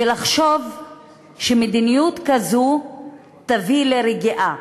לחשוב שמדיניות כזו תביא לרגיעה.